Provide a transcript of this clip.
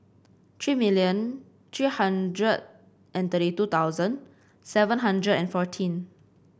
three million three hundred and thirty two thousand seven hundred and fourteen